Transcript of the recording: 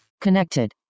Connected